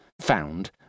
found